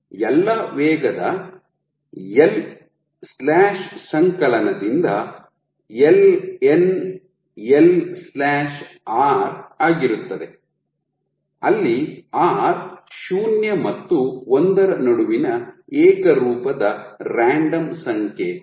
ಎಲ್ಲಾ ವೇಗದ 1 ಸಂಕಲನದಿಂದ ln1R ಆಗಿರುತ್ತದೆ ಅಲ್ಲಿ ಆರ್ ಶೂನ್ಯ ಮತ್ತು ಒಂದರ ನಡುವಿನ ಏಕರೂಪದ ರ್ಯಾನ್ಡಮ್ ಸಂಖ್ಯೆ ಆಗಿದೆ